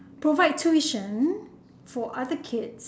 provide tuition for other kids